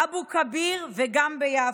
אבו כביר וגם ביפו.